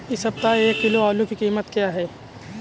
इस सप्ताह एक किलो आलू की कीमत क्या है?